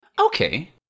Okay